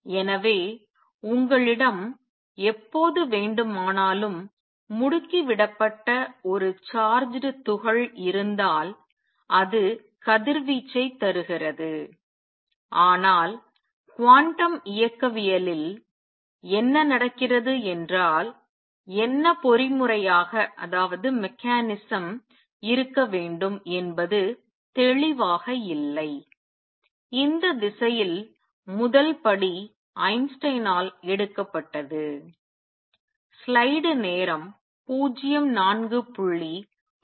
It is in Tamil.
எனவே உங்களிடம் எப்போது வேண்டுமானாலும் முடுக்கி விடப்பட்ட ஒரு charged துகள் இருந்தால் அது கதிர்வீச்சைத் தருகிறது ஆனால் குவாண்டம் இயக்கவியலில் என்ன நடக்கிறது என்றால் என்ன பொறிமுறையாக இருக்க வேண்டும் என்பது தெளிவாக இல்லை இந்த திசையில் முதல் படி ஐன்ஸ்டீனால் எடுக்கப்பட்டது